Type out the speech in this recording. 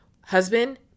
Husband